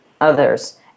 others